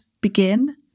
Begin